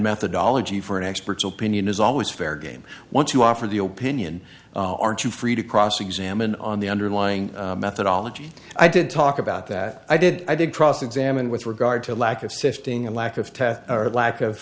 methodology for an expert's opinion is always fair game once you offer the old pinion aren't you free to cross examine on the underlying methodology i did talk about that i did i did cross examine with regard to lack of sifting a lack of test or lack of